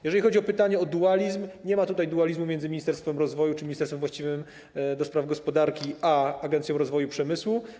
Jeżeli chodzi o pytanie o dualizm, to nie ma tutaj dualizmu między Ministerstwem Rozwoju czy ministerstwem właściwym do spraw gospodarki a Agencją Rozwoju Przemysłu.